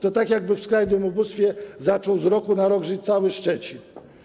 To tak jakby w skrajnym ubóstwie zaczął z roku na rok żyć cały Szczecin.